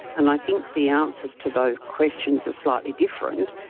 and i think the answers to those questions are slightly different,